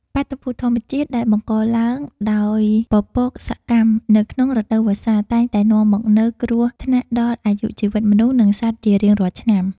បាតុភូតធម្មជាតិដែលបង្កឡើងដោយពពកសកម្មនៅក្នុងរដូវវស្សាតែងតែនាំមកនូវគ្រោះថ្នាក់ដល់អាយុជីវិតមនុស្ស និងសត្វជារៀងរាល់ឆ្នាំ។